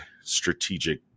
strategic